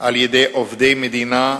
על-ידי עובדי מדינה,